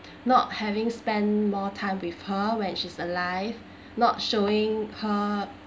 not having spent more time with her when she's alive not showing her